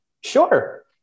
Sure